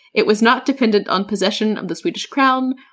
it was not dependent on possession of the swedish crown,